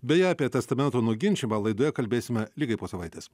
beje apie testamento nuginčijimą laidoje kalbėsime lygiai po savaitės